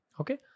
Okay